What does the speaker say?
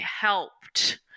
helped